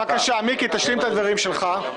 בבקשה, מיקי, תשלים את הדברים שלך.